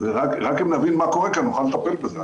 רק אם נבין מה קורה כאן נוכל לטפל בזה.